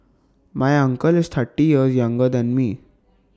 my uncle is thirty years younger than me